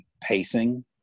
pacing